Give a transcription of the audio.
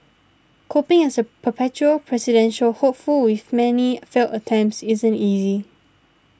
coping as a perpetual presidential hopeful with many failed attempts isn't easy